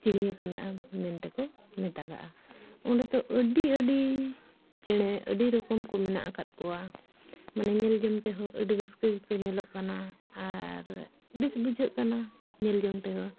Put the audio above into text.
ᱪᱤᱲᱤᱭᱟᱹᱠᱷᱟᱱᱟ ᱢᱮᱱᱛᱮᱠᱚ ᱢᱮᱛᱟᱜᱼᱟ ᱚᱸᱰᱮ ᱫᱚ ᱟᱹᱰᱤ ᱟᱹᱰᱤ ᱪᱮᱬᱮ ᱟᱹᱰᱤ ᱨᱚᱠᱚᱢ ᱠᱚ ᱢᱮᱱᱟᱜ ᱟᱠᱟᱫ ᱠᱚᱣᱟ ᱢᱟᱱᱮ ᱧᱮᱞ ᱡᱚᱝ ᱛᱮᱦᱚᱸ ᱟᱹᱰᱤ ᱨᱟᱹᱥᱠᱟᱹ ᱜᱮᱠᱚ ᱧᱮᱞᱚᱜ ᱠᱟᱱᱟ ᱟᱨ ᱵᱮᱥ ᱵᱩᱡᱷᱟᱹᱜ ᱠᱟᱱᱟ ᱧᱮᱞ ᱡᱚᱝ ᱛᱮᱦᱚᱸ